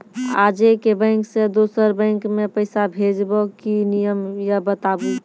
आजे के बैंक से दोसर बैंक मे पैसा भेज ब की नियम या बताबू?